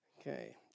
Okay